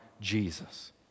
Jesus